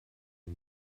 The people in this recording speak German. sie